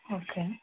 okay